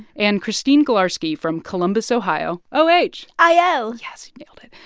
and christine galarsky from columbus, ohio. o h. i o yes, you nailed it.